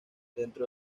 dentro